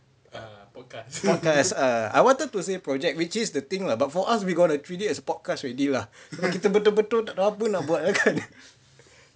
podcast err I wanted to say project which is the thing lah but for us we gonna treat it as podcast already lah kita betul-betul tak tahu nak bual apa lah kan